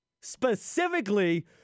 specifically